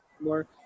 more